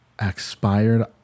expired